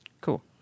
Cool